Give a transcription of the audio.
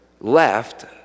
left